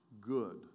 Good